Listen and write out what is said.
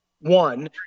One